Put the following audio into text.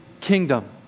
kingdom